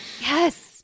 Yes